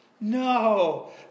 No